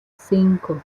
cinco